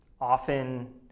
Often